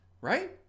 right